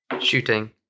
Shooting